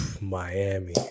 Miami